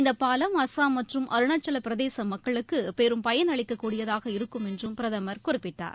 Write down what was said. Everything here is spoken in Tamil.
இந்த பாவம் அஸ்ஸாம் மற்றும் அருணாச்சலப்பிரதேச மக்களுக்கு பெரும் பயன் அளிக்கக்கூடியதாக இருக்கும் என்று பிரதமர் குறிப்பிட்டார்